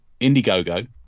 indiegogo